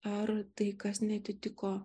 ar tai kas neatitiko